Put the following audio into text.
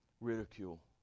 ridicule